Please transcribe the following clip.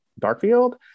Darkfield